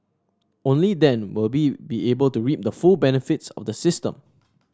only then will be be able to reap the full benefits of the system